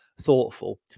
thoughtful